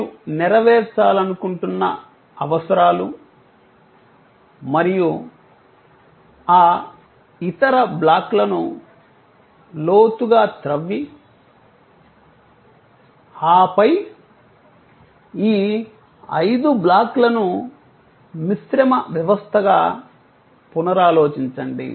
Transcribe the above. మీరు నెరవేర్చాలనుకుంటున్న అవసరాలు మరియు ఆ ఇతర బ్లాక్లను లోతుగా త్రవ్వి ఆపై ఈ ఐదు బ్లాక్లను మిశ్రమ వ్యవస్థగా పునరాలోచించండి